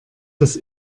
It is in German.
das